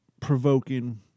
provoking